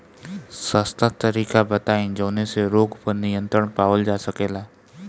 सस्ता तरीका बताई जवने से रोग पर नियंत्रण पावल जा सकेला?